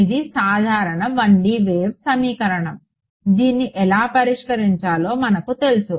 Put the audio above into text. ఇది సాధారణ 1D wave సమీకరణం దీన్ని ఎలా పరిష్కరించాలో మనకు తెలుసు